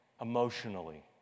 Emotionally